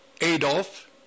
Adolf